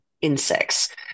insects